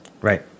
Right